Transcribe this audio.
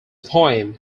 poem